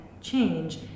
change